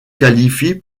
qualifie